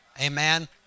amen